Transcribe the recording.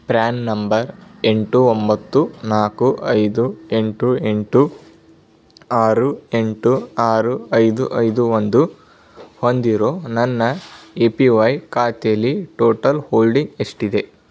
PRAN number ಎಂಟು ಒಂಬತ್ತು ನಾಲ್ಕು ಐದು ಎಂಟು ಎಂಟು ಆರು ಎಂಟು ಆರು ಐದು ಐದು ಒಂದು ಹೊಂದಿರೋ ನನ್ನ ಎ ಪಿ ವೈ ಖಾತೆಲಿ ಟೋಟಲ್ ಹೋಲ್ಡಿಂಗ್ ಎಷ್ಟಿದೆ